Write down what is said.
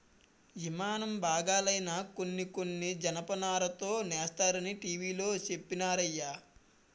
యిమానం బాగాలైనా కొన్ని కొన్ని జనపనారతోనే సేస్తరనీ టీ.వి లో చెప్పినారయ్య